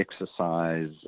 exercise